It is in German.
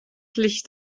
licht